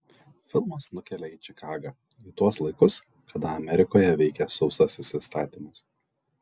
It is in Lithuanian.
filmas nukelia į čikagą į tuos laikus kada amerikoje veikė sausasis įstatymas